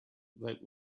that